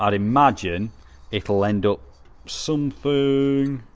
but imagine if you'll end up some food